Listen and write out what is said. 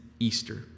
Easter